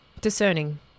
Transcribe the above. discerning